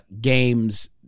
games